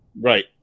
Right